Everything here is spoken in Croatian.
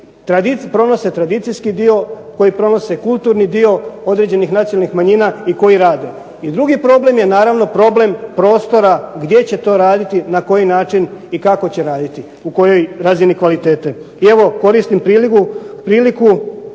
koji pronose tradicijski dio, koji pronose kulturni dio određenih nacionalnih manjina i koji rade. I drugi problem je naravno problem prostora gdje će to raditi, na koji način i kako će raditi, u kojoj razini kvalitete. I evo koristim priliku